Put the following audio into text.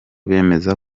bemeza